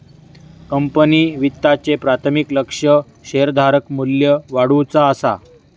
company वित्ताचे प्राथमिक लक्ष्य शेअरधारक मू्ल्य वाढवुचा असा